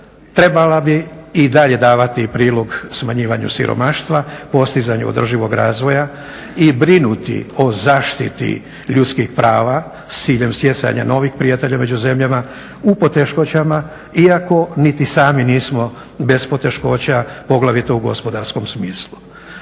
treba bi i dalje davati prilog smanjivanju siromaštva, postizanju održivog razvoja i brinuti o zaštiti ljudskih prava s ciljem stjecanja novih prijatelja među zemljama u poteškoćama iako niti sami nismo bez poteškoća poglavito u gospodarskom smislu.